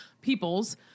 peoples